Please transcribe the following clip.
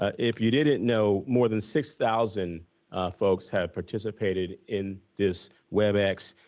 ah if you didn't know more than six thousand folks have participated in this webex,